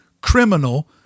criminal